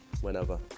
whenever